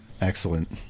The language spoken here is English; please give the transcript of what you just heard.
Excellent